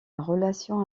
relation